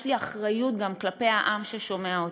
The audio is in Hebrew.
יש לי אחריות גם כלפי העם ששומע אותי.